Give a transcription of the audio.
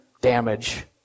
damage